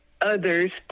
others